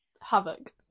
havoc